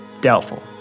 Doubtful